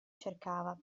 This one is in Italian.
cercava